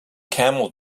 camel